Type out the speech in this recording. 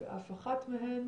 ואף אחת מהן